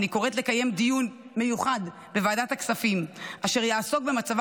אני קוראת לקיים דיון מיוחד של ועדת הכספים אשר יעסוק במצבה